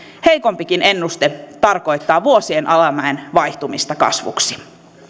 heikompikin ennuste tarkoittaa vuosien alamäen vaihtumista kasvuksi